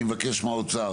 אני מבקש מהאוצר